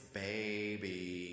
baby